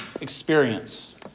experience